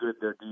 good